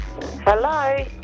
Hello